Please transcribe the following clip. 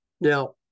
Now